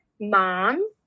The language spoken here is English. mom